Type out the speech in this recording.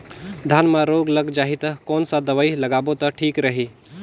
धान म रोग लग जाही ता कोन सा दवाई लगाबो ता ठीक रही?